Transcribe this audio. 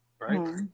Right